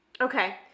Okay